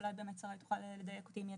אולי באמת שריי תוכל לדייק אותי אם יהיה